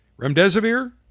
Remdesivir